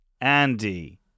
Andy